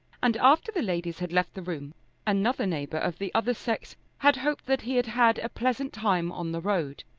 and after the ladies had left the room another neighbour of the other sex had hoped that he had had a pleasant time on the road.